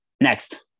Next